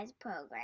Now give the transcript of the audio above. program